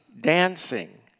dancing